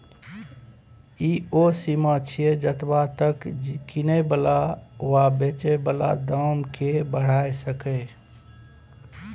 ई ओ सीमा छिये जतबा तक किने बला वा बेचे बला दाम केय बढ़ाई सकेए